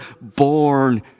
born